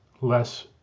less